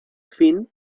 fin